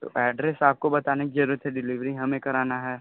तो एड्रेस आपको बताने की ज़रूरत है डिलीवरी हमें कराना है